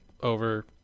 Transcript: over